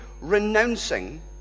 renouncing